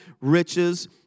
riches